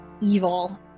evil